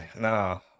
no